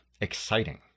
exciting